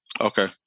Okay